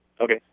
Okay